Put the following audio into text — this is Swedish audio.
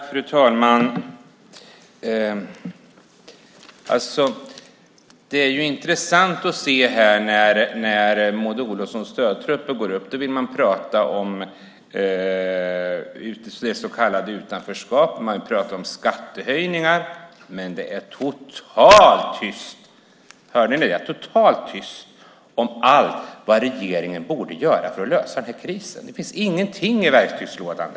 Fru talman! Det är intressant att se när Maud Olofssons stödtrupper går upp i debatten. Då vill man tala om det så kallade utanförskapet och skattehöjningar. Men det är totalt tyst - hörde ni det? - om vad regeringen borde göra för att lösa krisen. Det finns praktiskt taget ingenting i verktygslådan.